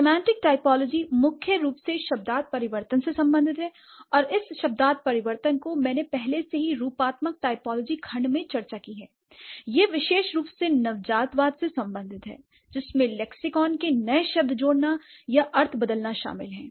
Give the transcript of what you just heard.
semantic typology मुख्य रूप से शब्दार्थ परिवर्तन से संबंधित है और इस शब्दार्थ परिवर्तन को मैंने पहले से ही रूपात्मक टाइपोलॉजी खंड में चर्चा की है l यह विशेष रूप से नवजातवाद से संबंधित है जिसमें लेक्सिकॉन के नए शब्द जोड़ना या अर्थ बदलना शामिल है